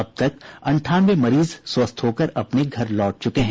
अब तक अंठानवे मरीज स्वस्थ होकर अपने घर लौट चुके हैं